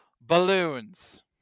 balloons